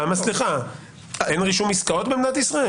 למה, אין רישום עסקאות במדינת ישראל?